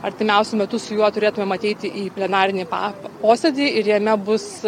artimiausiu metu su juo turėtumėm ateiti į plenarinį pa posėdį ir jame bus